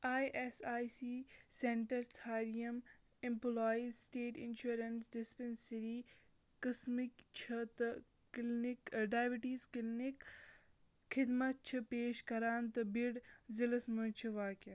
I S I C centre ژھار یِم employees state insurance dispensary قٕسمٕکۍ چھِ تہٕ کلنِک ڈایبِٹیٖز کِلنِک خِدمت چھِ پیش کران تہٕ بِڈ ضلس منٛز چھِ واقعہ